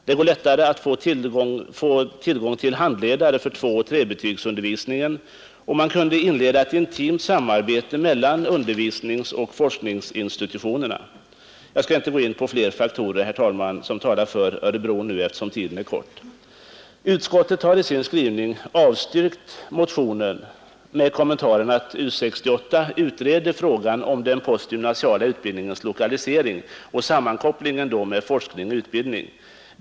Det går lättare att få tillgång till handledare för tvåoch trebetygsundervisningen, och man kan inleda ett intimt samarbete mellan undervisningsoch forskningsinstitutionerna. Jag skall inte gå in på fler faktorer, herr talman, som talar för Örebro, eftersom tiden nu är kort. Utskottet har i sin skrivning avstyrkt motionen med kommentaren att ” U 68 utreder frågan om den postgymnasiala undervisningens lokalisering och sammankopplingen mellan forskning och utbildning.